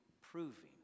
proving